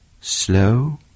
Slow